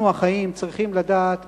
אנחנו החיים צריכים לדעת